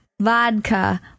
vodka